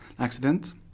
accident